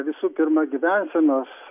visų pirma gyvensenos